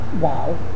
wow